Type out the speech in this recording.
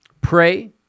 Pray